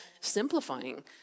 simplifying